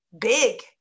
big